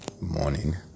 Morning